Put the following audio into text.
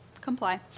comply